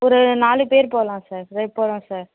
ஒரு நாலு பேர் போகலாம் சார் போகலாம் சார்